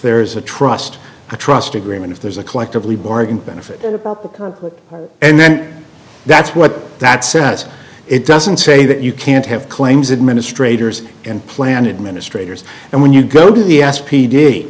there is a trust a trust agreement if there's a collectively bargained benefit and then that's what that says it doesn't say that you can't have claims administrators and plan administrator and when you go to the s p d